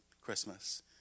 christmas